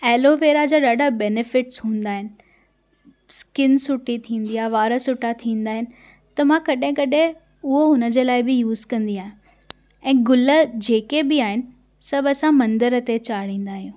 aloe vera जा ॾाढा benefits हूंदा आहिनि स्किन सुठी थींदी आहे वार सुठा थींदा आहिनि त मां कॾहिं कॾहिं उहो हुन जे लाइ बि यूस कंदी आ ऐं ग़ुल जेके बि आहिनि सभु असां मंदिर ते चाढ़िंदा आहियूं